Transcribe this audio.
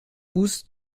poussent